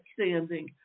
standing